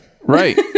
right